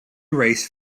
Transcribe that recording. race